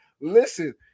Listen